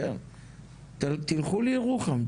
תלכו לירוחם,